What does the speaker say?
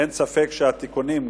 אין ספק שהתיקונים,